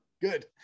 Good